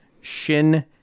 shin